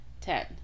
Ten